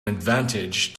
advantage